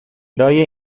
لای